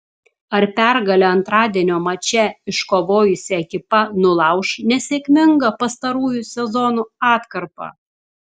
ar pergalę antradienio mače iškovojusi ekipa nulauš nesėkmingą pastarųjų sezonų atkarpą